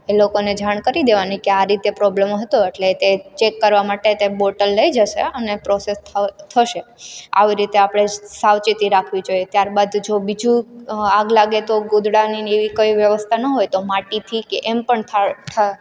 એ લોકોને જાણ કરી દેવાની કે આ રીતે પ્રોબ્લ્મ હતો એટલે ચેક કરવા માટે તે બોટલ લઈ જશે અને પ્રોસેસ થ થશે આવી રીતે આપણે સાવચેતી રાખવી જોઈએ ત્યારબાદ જો બીજું આગ લાગે તો ગોદડાની ને એવી કંઈ વ્યવસ્થા ન હોય તો માટીથી કે એમ પણ થા ઠા